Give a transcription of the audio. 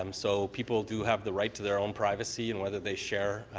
um so people do have the right to their own privacy and whether they share